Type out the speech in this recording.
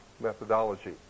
methodology